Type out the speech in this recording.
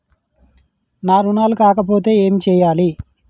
నా రుణాలు కాకపోతే ఏమి చేయాలి?